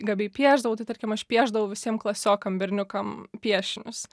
gabiai piešdavau tai tarkim aš piešdavau visiem klasiokam berniukam piešinius